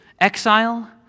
exile